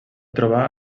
trobar